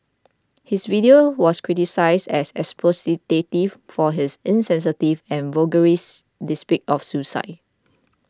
his video was criticised as exploitative for his insensitive and voyeuristic depiction of suicide